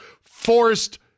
forced